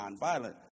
nonviolent